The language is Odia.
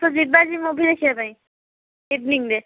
ଆସ ଯିବା ଆଜି ମୁଭି ଦେଖିବା ପାଇଁ ଇଭନିଂରେ